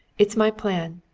it's my plan.